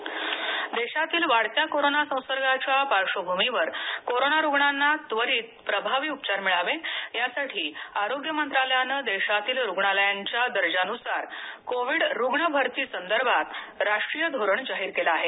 Covid रूग्ण धोरण देशातील वाढत्या कोरोना संसर्गाच्या पार्श्वभूमीवर कोरोना रुग्णांना त्वरित प्रभावी उपचार मिळावे यासाठी आरोग्य मंत्रालयाने देशातील रुग्णालयांच्या दर्जा नुसार कोविड रुग्ण भारती संदर्भात राष्ट्रीय धोरण जाहीर केलं आहे